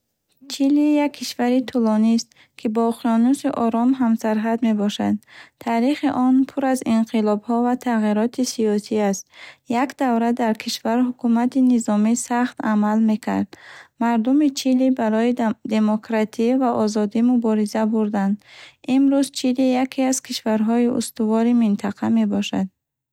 Чили як кишвари тӯлонист, ки бо уқёнуси Ором ҳамсарҳад мебошад. Таърихи он пур аз инқилобҳо ва тағйироти сиёсӣ аст. Як давра дар кишвар ҳукумати низоми сахт амал мекард. Мардуми Чили барои дам демократиӣ ва озодӣ мубориза бурданд. Имрӯз Чили яке аз кишварҳои устувори минтақа мебошад.